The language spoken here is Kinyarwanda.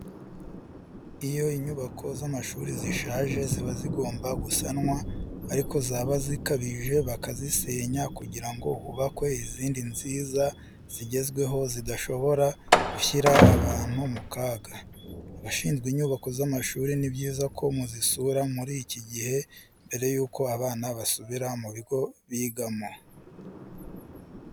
Iyo inyubako z'amashuri zishaje ziba zigomba gusanwa ariko zaba zikabije bakazisenya kugira ngo hubakwe izindi nziza zigezweho zidashobora gushyira abantu mu kaga. Abashinzwe inyubako z'amashuri ni byiza ko muzisura muri iki gihe mbere yuko abana basubira mu bigo bigamo.